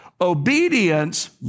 Obedience